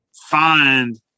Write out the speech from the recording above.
find